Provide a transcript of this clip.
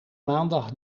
maandag